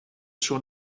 schon